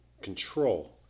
control